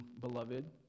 beloved